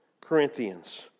Corinthians